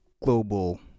global